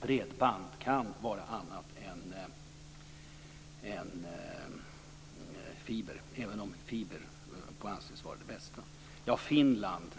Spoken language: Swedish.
Bredband kan vara annat än fiber, även om fiber anses vara det bästa. Vad gäller det som sades om Finland